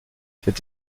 cette